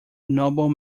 noble